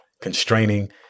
constraining